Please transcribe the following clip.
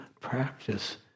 practice